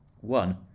one